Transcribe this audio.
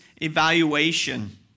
evaluation